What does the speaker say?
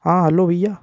हाँ हलो भैया